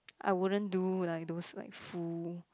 I wouldn't do like those like full